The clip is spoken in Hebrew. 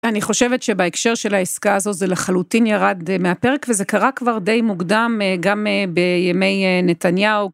אני חושבת שבהקשר של העסקה הזו זה לחלוטין ירד מהפרק וזה קרה כבר די מוקדם גם בימי נתניהו.